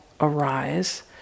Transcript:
arise